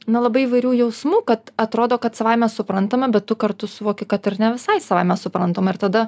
na labai įvairių jausmų kad atrodo kad savaime suprantama bet tu kartu suvoki kad ir ne visai savaime suprantama ir tada